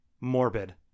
morbid